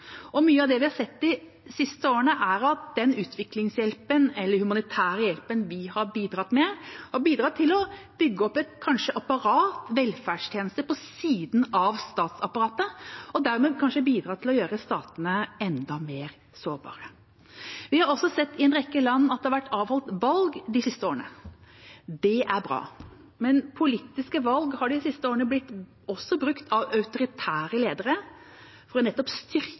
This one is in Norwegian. Mye av det vi har sett de siste årene, er at den utviklingshjelpen, eller den humanitære hjelpen, vi har bidratt med, har bidratt til å bygge opp et apparat, velferdstjenester, på siden av statsapparatet og dermed kanskje til å gjøre statene enda mer sårbare. Vi har også sett at det har vært avholdt valg i en rekke land de siste årene. Det er bra. Men politiske valg har de siste årene også blitt brukt av autoritære ledere for nettopp å styrke